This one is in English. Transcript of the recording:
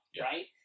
right